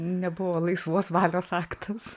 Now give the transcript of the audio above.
nebuvo laisvos valios aktas